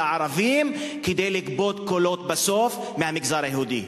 הערבים כדי לגבות קולות בסוף מהמגזר היהודי.